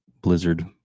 Blizzard